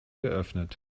geöffnet